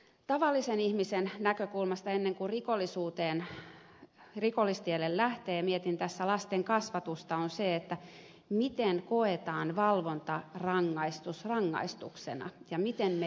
tavallisen ihmisen näkökulmasta mietin tässä lastenkasvatusta on kysymys se että jos rikollistielle lähtee miten valvontarangaistus koetaan rangaistuksena ja miten me viestimme siitä